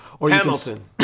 Hamilton